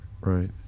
right